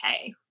okay